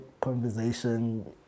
conversation